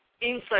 inside